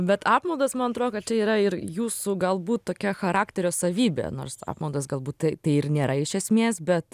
bet apmaudas man atrodo kad čia yra ir jūsų galbūt tokia charakterio savybė nors apmaudas galbūt tai tai ir nėra iš esmės bet